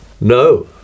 No